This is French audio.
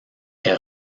est